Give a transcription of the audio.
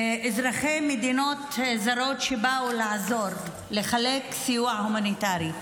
אזרחי מדינות זרות שבאו לעזור, לתת סיוע הומניטרי.